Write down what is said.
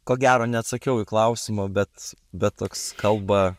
ko gero neatsakiau į klausimą bet bet koks kalba